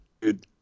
dude